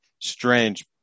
strange